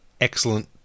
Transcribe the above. excellent